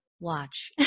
Watch